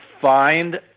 find